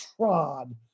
trod